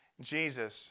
Jesus